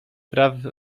praw